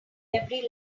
every